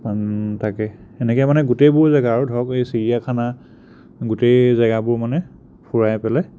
তাকে এনেকৈ মানে গোটেইবোৰ জেগা আৰু ধৰক এই চিৰিয়াখানা গোটেই জেগাবোৰ মানে ফুৰাই পেলাই